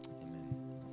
Amen